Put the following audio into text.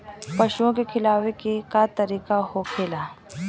पशुओं के खिलावे के का तरीका होखेला?